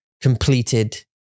completed